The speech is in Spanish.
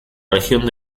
región